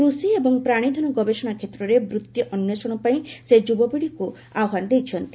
କୃଷି ଏବଂ ପ୍ରାଣୀଧନ ଗବେଷଣା କ୍ଷେତ୍ରରେ ବୃତ୍ତି ଅନ୍ପେଷଣ ପାଇଁ ସେ ଯୁବାପିଢ଼ିକୁ ଆହ୍ପାନ ଦେଇଛନ୍ତି